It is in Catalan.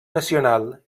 nacional